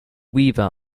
weaver